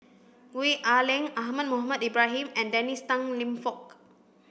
Wee Ah Leng Ahmad Mohamed Ibrahim and Dennis Tan Lip Fong